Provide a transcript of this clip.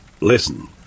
Listen